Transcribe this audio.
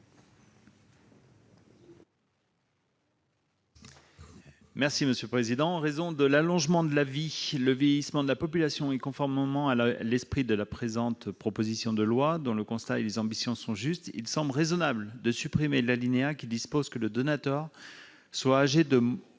M. Vincent Segouin. En raison de l'allongement de la vie, le vieillissement de la population et conformément à l'esprit de la présente proposition de loi dont le constat et les ambitions sont justes, il semble raisonnable de supprimer l'alinéa qui dispose que le donateur soit âgé de